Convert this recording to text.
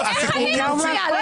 איך אני מפריעה?